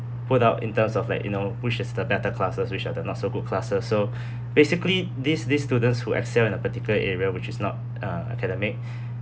put out in terms of like you know which is the better classes which are the not so good classes so basically these these students who excel in a particular area which is not uh academic